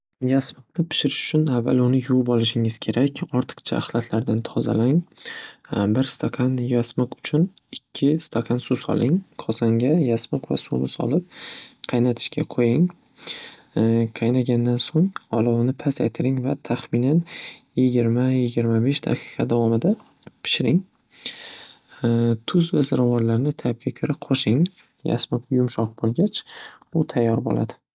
Yasmiqni pishirish uchun avval uni yuvib olishingiz kerak. Ortiqcha ahlatlardan tozalang. Bir stakan yasmiq uchun ikki stakan suv soling qozonga yasmiq va suvni solib qaynatishga qo'ying. Qaynagannan so'ng olovni pasaytiring va tahminan yigirma, yigirma besh daqiqa davomida pishiring. Tuz va ziravorlarni tabga ko'ra qo'shing. Yasmiq yumshoq bo'lgach, u tayyor bo'ladi.